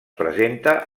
presenta